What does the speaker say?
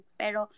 pero